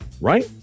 right